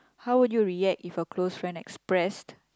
how would you react if a close friend expressed